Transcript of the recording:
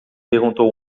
perguntou